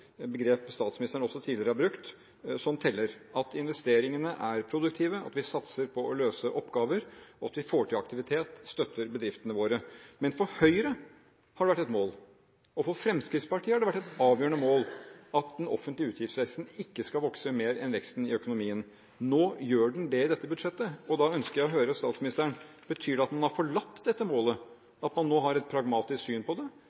begrep som statsministeren også tidligere har brukt – som teller, at investeringene er produktive, at vi satser på å løse oppgaver, at vi får til aktivitet og at vi støtter bedriftene våre. Men for Høyre har det vært et mål – og for Fremskrittspartiet har det vært et avgjørende mål – at den offentlige utgiftsveksten ikke skal vokse mer enn veksten i økonomien. Nå gjør den det i dette budsjettet, og da ønsker jeg å høre fra statsministeren: Betyr det at man har forlatt dette